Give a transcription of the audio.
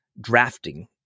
drafting